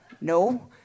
no